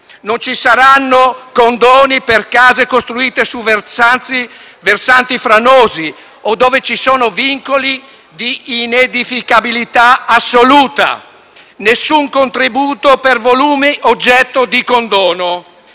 Non ci saranno dunque condoni per case costruite su versanti franosi o dove ci sono vincoli di inedificabilità assoluta. Nessun contributo per volumi oggetto di condono.